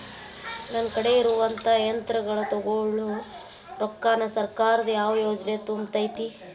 ನನ್ ಕಡೆ ಇರುವಂಥಾ ಯಂತ್ರಗಳ ತೊಗೊಳು ರೊಕ್ಕಾನ್ ಸರ್ಕಾರದ ಯಾವ ಯೋಜನೆ ತುಂಬತೈತಿ?